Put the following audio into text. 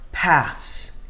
Paths